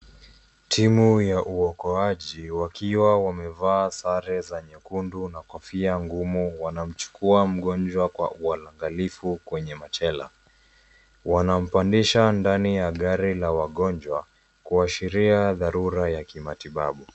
Timu ya uokoaji wakiwa wamevaa sare za nyekundu na kofia ngumu wanachukua mgonjwa kwa uangalifu kwenye machela wanampandisha ndani ya gari la wagonjwa kuashiria dharura ya kimatibabu.